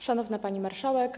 Szanowna Pani Marszałek!